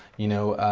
you know,